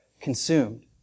consumed